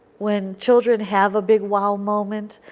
when children have a big wow moment,